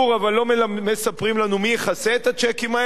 אבל לא מספרים לנו מי יכסה את הצ'קים האלה?